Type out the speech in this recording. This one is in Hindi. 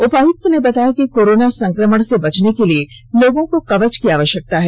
उपायुक्त ने बताया कि कोरोना संक्रमण से बचने के लिए लोगों को कवच की आवश्यकता है